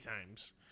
times